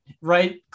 right